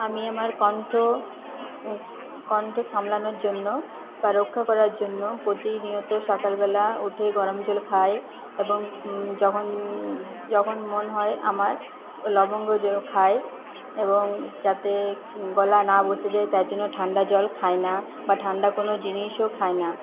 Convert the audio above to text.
আমি আমার কণ্ঠ কণ্ঠ সামলানোর জন্য বা রক্ষা করার জন্য প্রতিনিয়ত সকালবেলা উঠে গরম জল খাই এবং যখন যখন মন হয় আমার লবঙ্গ জল খাই এবং যাতে গলা না বসে যায় তার জন্য ঠান্ডা জল খাই না বা ঠাণ্ডা কোনও জিনিসও খাই না